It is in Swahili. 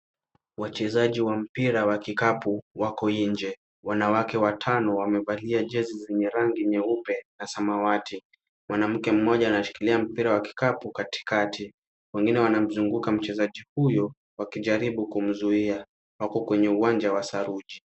Wachezaji wa mpira wa kikapu wako nje. Wanawake watano wamevalia jezi zenye rangi nyeupe na samawati. Mwanamke mmoja anashikilia mpira wa kikapu katikati. Wengine wanamzunguka mchezaji huyo wakijaribu kumzuia. Wako kwenye uwanja wa saruji.